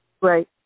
Right